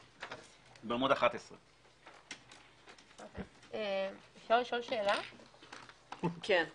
11. בבקשה.